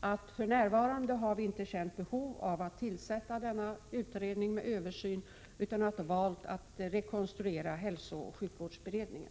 att vi för närvarande inte har känt något behov av att tillsätta en utredning för översyn, utan att vi har valt att rekonstruera hälsooch sjukvårdsberedningen.